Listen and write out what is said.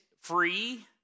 free